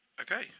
okay